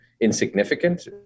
insignificant